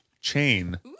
chain